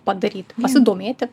padaryt pasidomėti